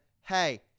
hey